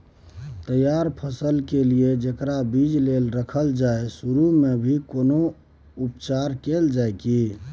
तैयार फसल के लिए जेकरा बीज लेल रखल जाय सुरू मे भी कोनो उपचार कैल जाय की?